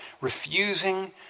refusing